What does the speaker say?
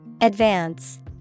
Advance